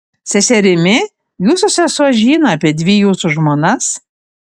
seserimi jūsų sesuo žino apie dvi jūsų žmonas